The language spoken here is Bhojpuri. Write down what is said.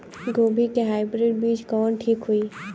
गोभी के हाईब्रिड बीज कवन ठीक होई?